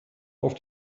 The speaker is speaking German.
auf